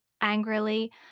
angrily